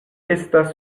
estas